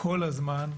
כל הזמן,